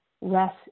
less